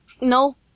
No